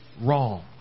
wrong